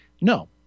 No